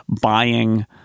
buying